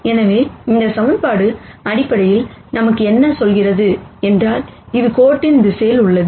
எனவே இந்த ஈக்குவேஷன் அடிப்படையில் நமக்கு என்ன சொல்கிறது என்றால் இது கோட்டின் திசையில் உள்ளது